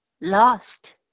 lost